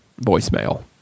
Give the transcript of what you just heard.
voicemail